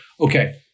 Okay